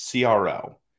CRO